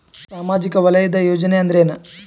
ಸಾಮಾಜಿಕ ವಲಯದ ಯೋಜನೆ ಅಂದ್ರ ಏನ?